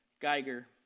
Geiger